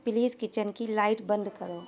please kitchen کی light بند کرو